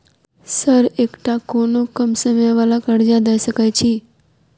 Sir एकटा कोनो कम समय वला कर्जा दऽ सकै छी?